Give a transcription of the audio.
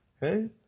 Hey